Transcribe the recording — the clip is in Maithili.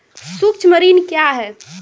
सुक्ष्म ऋण क्या हैं?